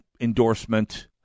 endorsement